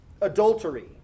adultery